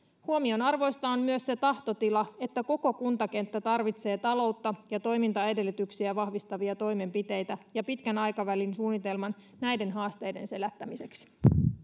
huomionarvoista on myös se tahtotila että koko kuntakenttä tarvitsee taloutta ja toimintaedellytyksiä vahvistavia toimenpiteitä ja pitkän aikavälin suunnitelman näiden haasteiden selättämiseksi